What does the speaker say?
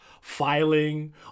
filing